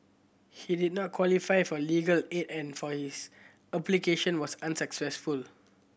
he did not qualify for legal aid and for his application was unsuccessful